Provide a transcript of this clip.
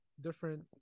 different